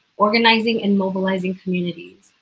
organizing and mobilizing communities.